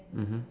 mmhmm